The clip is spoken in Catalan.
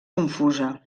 confusa